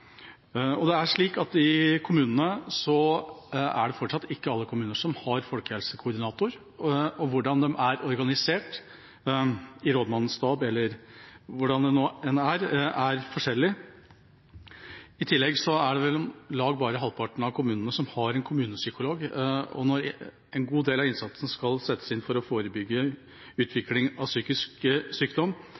Det er slik at det fortsatt ikke er alle kommuner som har folkehelsekoordinator, og hvordan de er organisert – i rådmannens stab eller hvordan det nå er – er forskjellig. I tillegg er det om lag bare halvparten av kommunene som har en kommunepsykolog. Når en god del av innsatsen skal handle om å forebygge utvikling av psykisk sykdom,